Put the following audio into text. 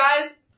guys